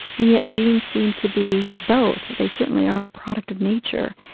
and yet genes seem to be both. they certainly are a product of nature,